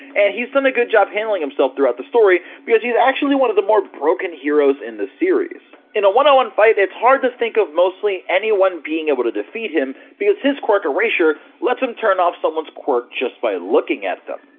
and he's done a good job at handling himself throughout the story because he's actually one of the more broken heroes in the series. in a one on one fight, it's hard to think of mostly anyone being able to defeat him. his quirk, erasure, lets him turn off someone's quirk just by looking at them.